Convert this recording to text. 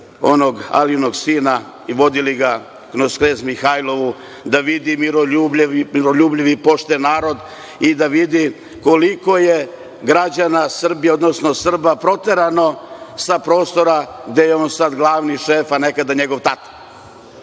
onog Alinog sina i vodili ga kroz Knez Mihailovu, da vidi miroljubivi i pošten narod i da vidi koliko je građana Srbije, odnosno Srba proterano sa prostora gde je on sada glavni šef, a nekada njegov tata.